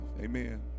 Amen